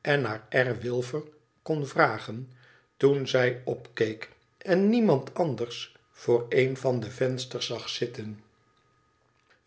en naar r wilfer kon vragen toen zij opkeek en niemand anders voor een van de vensters zag zitten